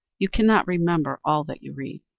you cannot remember all that you read.